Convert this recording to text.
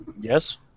Yes